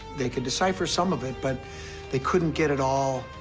they could decipher some of it, but they couldn't get it all.